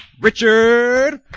Richard